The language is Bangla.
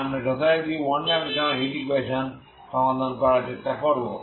তাই আমরা যথারীতি ওয়ান ডাইমেনশনাল হিট ইকুয়েশন সমাধান করার চেষ্টা করব